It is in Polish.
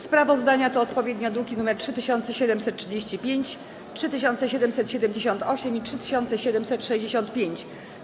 Sprawozdania to odpowiednio druki nr 3735, 3778 i 3765.